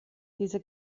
diese